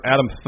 Adam